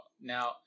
now